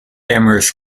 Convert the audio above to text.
cameras